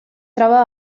troba